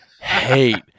hate